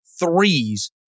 threes